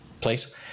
place